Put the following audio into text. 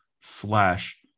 slash